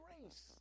grace